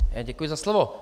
Děkuji za slovo.